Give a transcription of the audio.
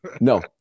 No